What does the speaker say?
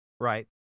Right